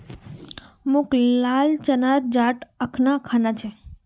मोक लाल चनार चाट अखना खाना छ